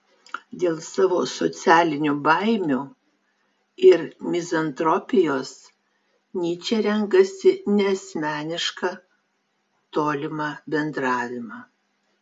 dėl savo socialinių baimių ir mizantropijos nyčė renkasi neasmenišką tolimą bendravimą